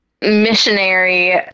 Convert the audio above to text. missionary